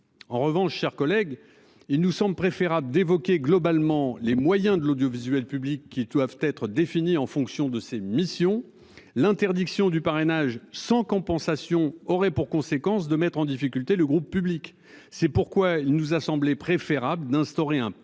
En revanche, chers collègues. Il nous semble préférable d'évoquer globalement les moyens de l'audiovisuel public qui doivent être définis en fonction de ses missions. L'interdiction du parrainage sans compensation, aurait pour conséquence de mettre en difficulté le groupe public. C'est pourquoi il nous a semblé préférable d'instaurer un